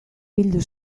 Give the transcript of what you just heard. bildu